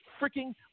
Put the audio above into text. freaking